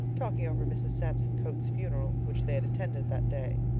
talking over mrs. samson coates' funeral, which they had attended that day.